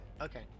Okay